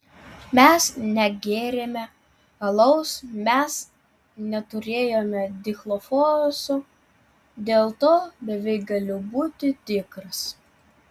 mes negėrėme alaus mes neturėjome dichlofoso dėl to beveik galiu būti tikras